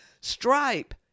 Stripe